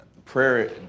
Prayer